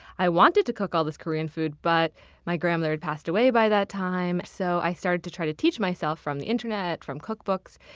i wanted to cook all this korean food but my grandmother had passed away by that time. so i started to try to teach myself from the internet, from cookbooks.